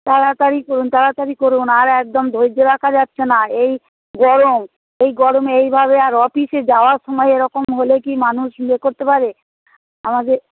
তাড়াতাড়ি করুন তাড়াতাড়ি করুন আর একদম ধৈর্য রাখা যাচ্ছে না এই গরম এই গরমে এইভাবে আর অফিসে যাওয়ার সময় এরকম হলে কি মানুষ ইয়ে করতে পারে আমাদের